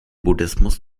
buddhismus